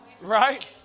Right